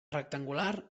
rectangular